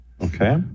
Okay